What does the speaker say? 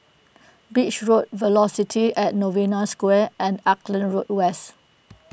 Beach Road Velocity at Novena Square and Auckland Road West